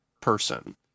person